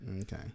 Okay